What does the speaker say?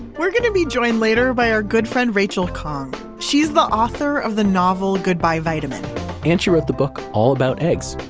we're going to be joined later by our good friend rachel khong. she's the author of the novel goodbye, vitamin and she wrote the book all about eggs.